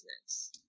business